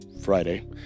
friday